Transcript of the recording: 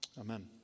Amen